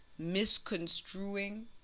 misconstruing